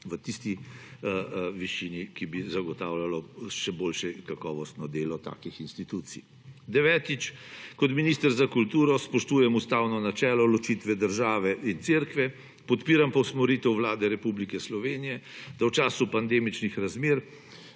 v tisti višini, ki bi zagotavljalo še boljše kakovostno delo takih institucij. Devetič. Kot minister za kulturo spoštujem ustavno načelo ločitve države in Cerkve, podpiram pa usmeritev Vlade Republike Slovenije, da v času pandemičnih razmer